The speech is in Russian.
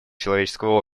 человеческого